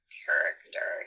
character